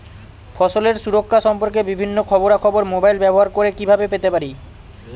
ফসলের সুরক্ষা সম্পর্কে বিভিন্ন খবরা খবর মোবাইল ব্যবহার করে কিভাবে পেতে পারি?